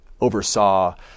oversaw